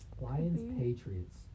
Lions-Patriots